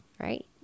right